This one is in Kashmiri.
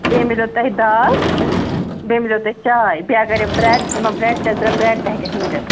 بیٚیہِ میلِوٕ تۄہہِ دال بیٚیہِ میلِوٕ تۄہہِ چاے بیٚیہِ اَگر یِم برٛیٚڈ یِمَن برٛیٚڈ تہِ آسہِ ضروٗرت برٛیٚڈ تہِ ہیکیٚکھ میٖلِتھ